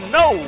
no